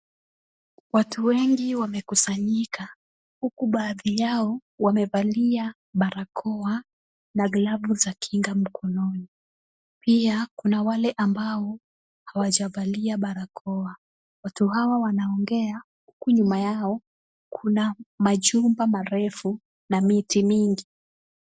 Watu wengi wamekusanyika huku baadhi yao wamevalia barakoa na glavu za kinga mkononi. Pia, kuna wale ambao hawajavalia barakoa. Watu hawa wanaongea huku nyuma yao kuna machupa marefu na miti mingi.